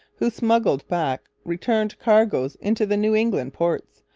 who smuggled back return cargoes into the new england ports,